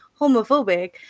homophobic